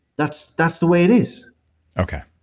that's that's the way it is okay.